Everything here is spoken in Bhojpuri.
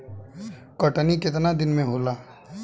कटनी केतना दिन मे होला?